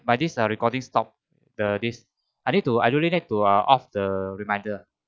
my this ah recording stopped the this I need to I really need to uh off the reminder